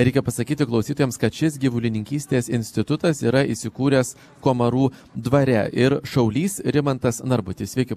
reikia pasakyti klausytojams kad šis gyvulininkystės institutas yra įsikūręs komarų dvare ir šaulys rimantas narbutis sveiki